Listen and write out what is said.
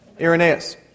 Irenaeus